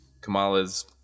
Kamala's